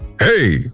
hey